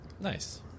Nice